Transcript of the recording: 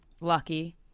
lucky